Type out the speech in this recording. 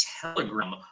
telegram